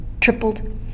tripled